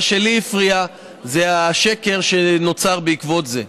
מה שלי הפריע זה השקר שנוצר בעקבות זה.